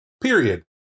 period